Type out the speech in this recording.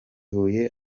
huye